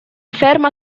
ferma